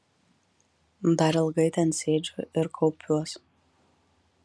dar ilgai ten sėdžiu ir kaupiuos